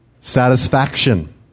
satisfaction